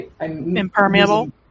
Impermeable